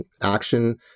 action